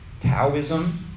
Taoism